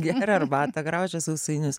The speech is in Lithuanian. geria arbatą graužia sausainius